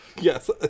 yes